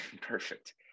perfect